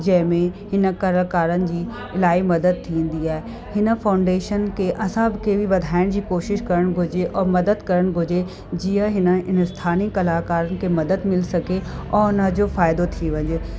जंहिंमें इन कलाकारनि जी इलाही मदद थींदी आहे हिन फ़ाउंडेशन खे असांखे बि वधाइण जी कोशिशि करणु घुरिजे और मदद करणु घुरिजे जीअं हिन हिन स्थानीय कलाकारनि खे मदद मिली सघे और हुनजो फ़ाइदो थी वञे